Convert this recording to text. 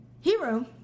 Hero